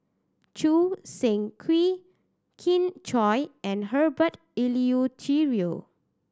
Choo Seng Quee Kin Chui and Herbert Eleuterio